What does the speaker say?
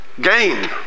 gain